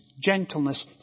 gentleness